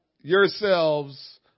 yourselves